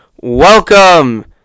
Welcome